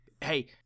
Hey